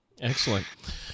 Excellent